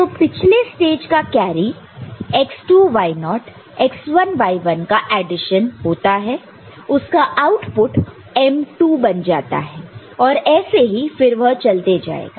तो पिछले स्टेज का कैरी x2y0 x1y1 का एडिशन होता है उसका आउटपुट m2 बन जाता है और ऐसे ही फिर वह चलते जाएगा